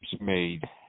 made